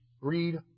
Read